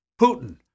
Putin